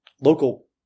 local